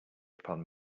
upon